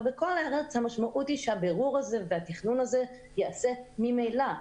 בכל הארץ המשמעות היא שהבירור הזה והתכנון הזה ייעשה ממילא.